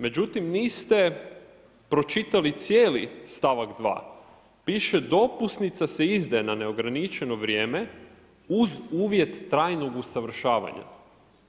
Međutim, niste pročitali cijeli stavak 2. Piše: „Dopusnica se izdaje na neograničeno vrijeme uz uvjet trajnog usavršavanja.“